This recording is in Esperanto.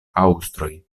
aŭstroj